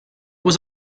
was